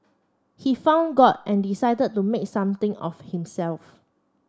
he found God and decided to make something of himself